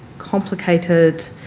complicated